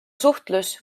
suhtlus